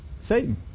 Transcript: Satan